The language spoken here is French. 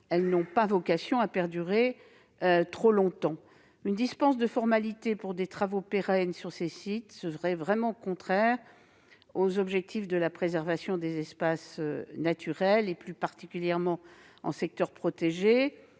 elles n'ont pas vocation à perdurer trop longtemps. Dispenser de formalités les travaux pérennes réalisés sur ces sites serait totalement contraire à l'objectif de préservation des espaces naturels, plus particulièrement en secteur protégé,